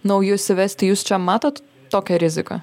naujus įvesti jūs čia matot tokią riziką